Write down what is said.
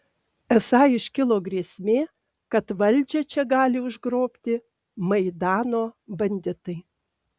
esą iškilo grėsmė kad valdžią čia gali užgrobti maidano banditai